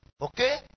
Okay